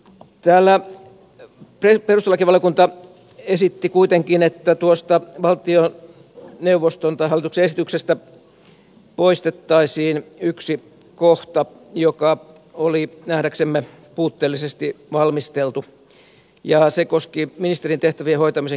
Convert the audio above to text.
täällä perustuslakivaliokunta esitti kuitenkin että tuosta hallituksen esityksestä poistettaisiin yksi kohta joka oli nähdäksemme puutteellisesti valmisteltu ja se koski ministerin tehtävien hoitamisen keskeyttämistä